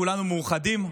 כולנו מאוחדים,